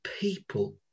people